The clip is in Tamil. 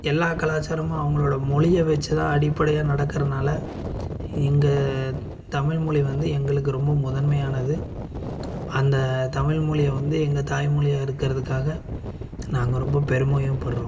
எல்லா கலாச்சாரமும் அவங்களோட மொழியை வச்சுதான் அடிப்படையாக நடக்கிறனால இங்கே தமிழ்மொழி வந்து எங்களுக்கு ரொம்ப முதன்மையானது அந்த தமிழ்மொழியை வந்து எங்கள் தாய்மொழியாக இருக்கிறதுக்காக நாங்கள் ரொம்ப பெருமையும் படுறோம்